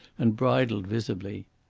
and bridled visibly.